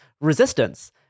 resistance